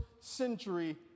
century